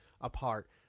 apart